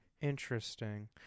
Interesting